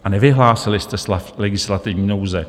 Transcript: A nevyhlásili jste stav legislativní nouze.